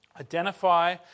Identify